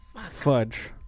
Fudge